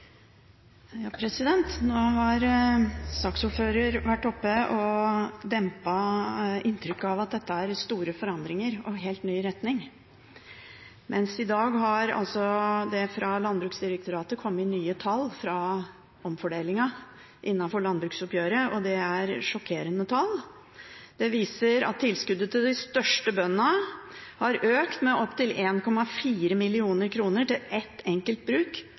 store forandringer og helt ny retning, mens det i dag altså har kommet nye tall fra Landbruksdirektoratet, fra omfordelingen innenfor landbruksoppgjøret, og det er sjokkerende tall. Det viser at tilskuddet til de største bøndene har økt med opptil 1,4 mill. kr til ett enkelt bruk,